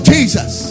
Jesus